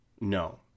No